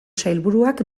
sailburuak